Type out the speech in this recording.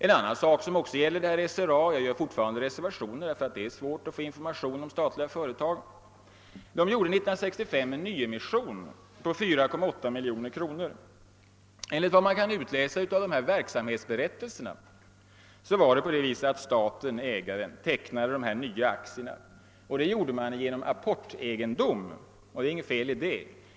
Jag vill nämna också en annan sak som gäller SRA — fortfarande med reservation, eftersom det är svårt att få information om statliga företag. SRA gjorde år 1965 en nyemission på 4,8 miljoner kronor. Enligt vad man kan utläsa av verksamhetsberättelserna tecknade staten-ägaren de nya aktierna genom apportegendom, och det är inget fel i det.